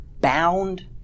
bound